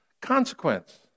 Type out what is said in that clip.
consequence